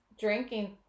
drinking